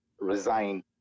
resign